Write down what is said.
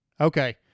Okay